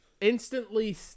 instantly